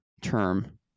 term